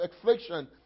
affliction